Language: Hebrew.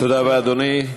תודה רבה, אדוני.